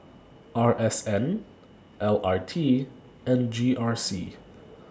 R S N L R T and G R C